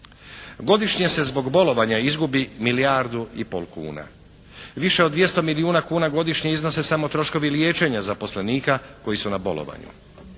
Godišnje se zbog bolovanja izgubi milijardu i pol kuna. Više od 200 milijuna kuna godišnje iznose samo troškovi liječenja zaposlenika koji su na bolovanju.